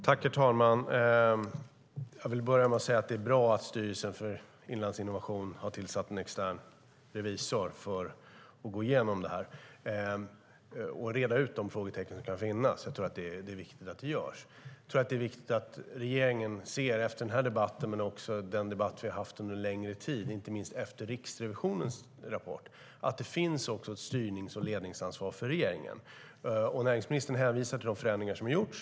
Herr talman! Det är bra att styrelsen för Inlandsinnovation har tillsatt en extern revisor som ska gå igenom detta och reda ut de frågetecken som finns. Det är viktigt att detta görs. Efter denna debatt och den debatt vi haft under en längre tid, inte minst efter Riksrevisionens rapport, är det viktigt att regeringen ser att det finns ett styrnings och ledningsansvar för regeringen. Näringsministern hänvisar till de förändringar som har gjorts.